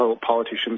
politicians